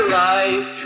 life